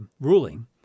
ruling